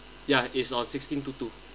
ya it's on sixteen two two